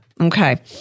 Okay